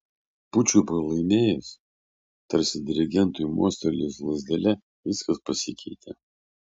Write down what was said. pučui pralaimėjus tarsi dirigentui mostelėjus lazdele viskas pasikeitė